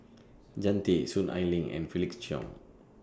Jean Tay Soon Ai Ling and Felix Cheong